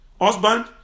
husband